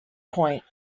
point